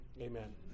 amen